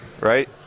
right